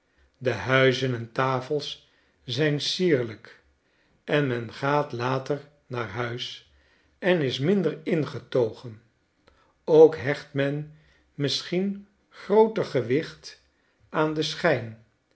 de huizen en tafels zijn sierlijk en men gaat later naar huis en is minder ingetogen ook hecht men misschien grooter gewicht aan den schijn